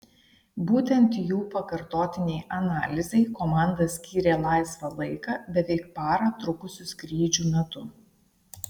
būtent jų pakartotinei analizei komanda skyrė laisvą laiką beveik parą trukusių skrydžių metu